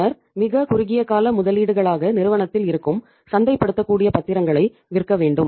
பின்னர் மிகக் குறுகிய கால முதலீடுகளாக நிறுவனத்தில் இருக்கும் சந்தைப்படுத்தக்கூடிய பத்திரங்களை விற்க வேண்டும்